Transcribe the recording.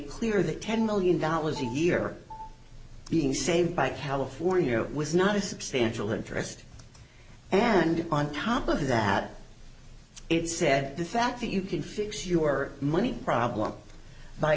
clear that ten million dollars a year being saved by california was not a substantial interest and on top of that it said the fact that you can fix your money problem by